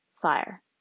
Fire